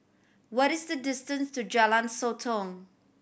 what is the distance to Jalan Sotong